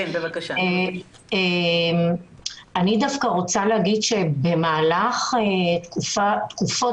אני דווקא רוצה להגיד שבמהלך תקופות